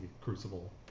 Crucible